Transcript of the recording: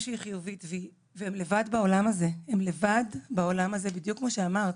לבידוד כי גילו שהיא חיובית והן לבד פה בעולם הזה ובדיוק כמו שאמרת,